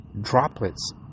droplets